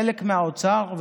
חלק מהאוצר,